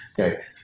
Okay